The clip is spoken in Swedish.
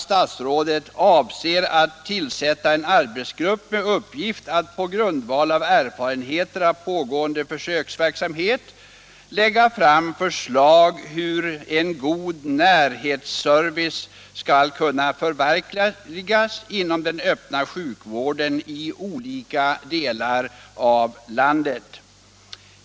Statsrådet avser också att tillsätta en arbetsgrupp med uppgift att på grundval av erfarenheter av pågående försöksverksamhet lägga fram förslag till hur en god närhetsservice skall kunna förverkligas inom den öppna sjukvården i olika delar av landet.